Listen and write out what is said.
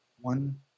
One